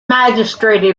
magistrate